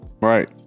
Right